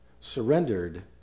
surrendered